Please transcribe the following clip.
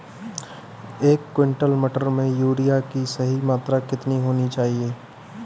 एक क्विंटल मटर में यूरिया की सही मात्रा कितनी होनी चाहिए?